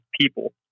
people